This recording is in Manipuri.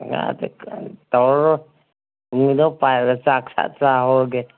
ꯇꯧꯔꯔꯣꯏ